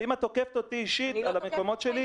אבל אם את תוקפת אותי אישית על המקומות שלי,